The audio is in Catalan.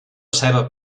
ceba